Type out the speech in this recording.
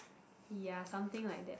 ya something like that